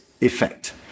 effect